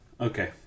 okay